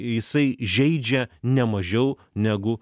jisai žeidžia ne mažiau negu